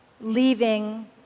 leaving